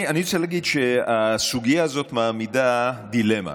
הסוגיה הזו מעמידה דילמה: